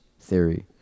theory